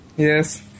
Yes